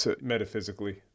metaphysically